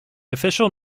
official